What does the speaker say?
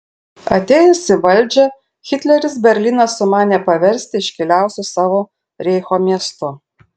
atėjęs į valdžią hitleris berlyną sumanė paversti iškiliausiu savo reicho miestu